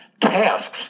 tasks